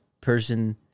Person